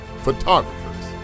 photographers